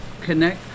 connect